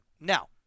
Now